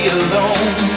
alone